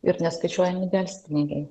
ir neskaičiuojami delspinigiai